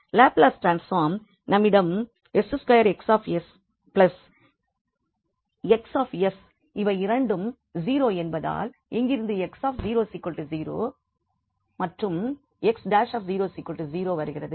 Laplace transform நம்மிடம் 𝑠2𝑋𝑠 𝑋𝑠இவை இரண்டும் 0 என்பதால் இங்கிருந்து 𝑥 0 மற்றும் 𝑥′ 0 வருகிறது